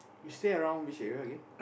you stay around which area again